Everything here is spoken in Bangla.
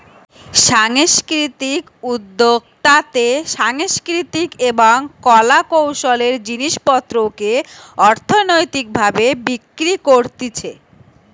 সাংস্কৃতিক উদ্যোক্তাতে সাংস্কৃতিক এবং কলা কৌশলের জিনিস পত্রকে অর্থনৈতিক ভাবে বিক্রি করতিছে